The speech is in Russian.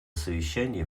совещание